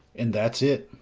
and that's it.